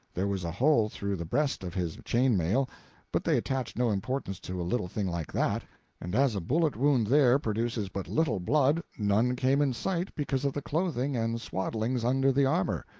there was a hole through the breast of his chain-mail, but they attached no importance to a little thing like that and as a bullet wound there produces but little blood, none came in sight because of the clothing and swaddlings under the armor.